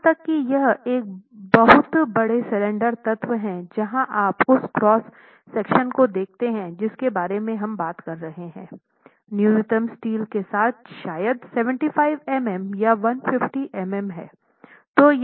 यहां तक कि यह एक बहुत स्लेंडर तत्व हैं यदि आप उस क्रॉस सेक्शन को देखते हैं जिसके बारे में हम बात कर रहे हैं न्यूनतम स्टील के साथ शायद 75 मिमी या 150 मिमी हैं